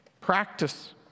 Practice